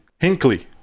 Hinkley